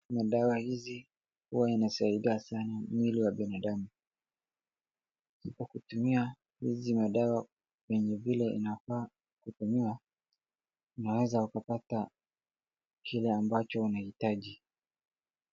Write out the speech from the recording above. Madawa hizi huwa inasaidia sana mwili ya damu. Isipokutumia hizi madawa kwenye vile inafaa kutumiwa, unaweza ukapata kile ambacho unahitaji.